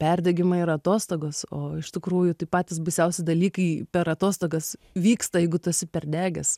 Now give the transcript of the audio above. perdegimą ir atostogas o iš tikrųjų tai patys baisiausi dalykai per atostogas vyksta jeigu tu esi perdegęs